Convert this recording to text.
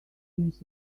mrs